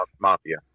Mafia